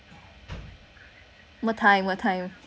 what time what time